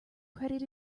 credit